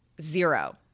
zero